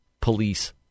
Police